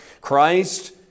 Christ